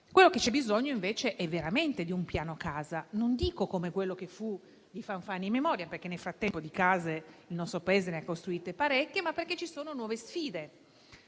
Quello di cui c'è bisogno, invece, è veramente di un piano casa: non dico come quello che fu di fanfaniana memoria, perché nel frattempo di case nel nostro Paese se ne sono costruite parecchie, ma perché ci sono sfide